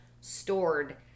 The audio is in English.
stored